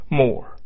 more